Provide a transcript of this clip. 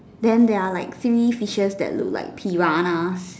then there are like three fishes that look like piranhas